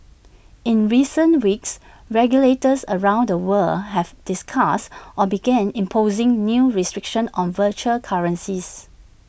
in recent weeks regulators around the world have discussed or begun imposing new restrictions on virtual currencies